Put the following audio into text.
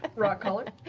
rockcaller.